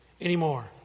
anymore